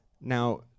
Now